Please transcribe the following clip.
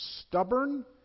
stubborn